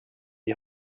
die